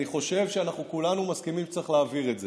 אני חושב שאנחנו כולנו מסכימים שצריך להעביר את זה.